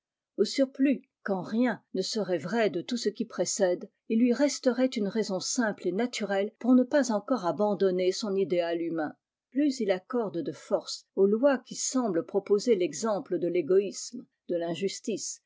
au surplus quand rien ne serait vrai de tout ce qui précède il lui resterait une raison simple et naturelle pour ne pas encore abandonner son idéal humain plus il accoi de force aux lois qui semblent propo l'exemple de l'cgoïsme de l'injustice